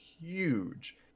huge